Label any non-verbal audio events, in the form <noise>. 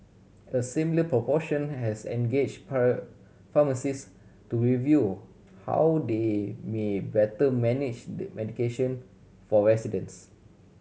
a similar proportion has engage pharmacists to review how they may better manage <unintelligible> medication for residents